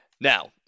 Now